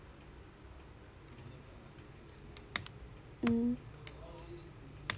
mm